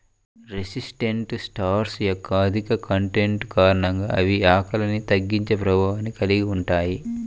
resistant starch యొక్క అధిక content కారణంగా అవి ఆకలిని తగ్గించే ప్రభావాన్ని కలిగి ఉంటాయి